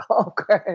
Okay